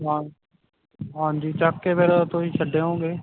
ਹਾ ਹਾਂਜੀ ਚੁੱਕ ਕੇ ਫਿਰ ਤੁਸੀਂ ਛੱਡ ਆਓਗੇ